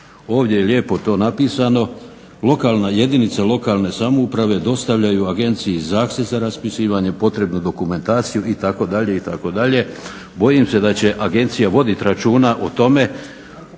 Ovdje je lijepo to napisao, lokalna jedinica, lokalne samouprave dostavljaju agenciji zahtjev za raspisivanje, potrebnu dokumentaciju itd., itd. Bojim se da će agencija vodit računa o tome